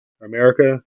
America